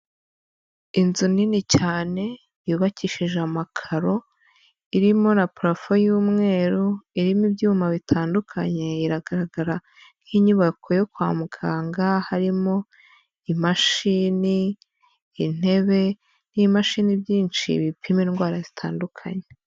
Inzu nini cyane yubakishije amakaro irimo na parafo y'umweru, irimo ibyuma bitandukanye iragaragara nk'inyubako yo kwa muganga harimo imashini, intebe n'ibimashini byinshi bipima indwara zitandukanye.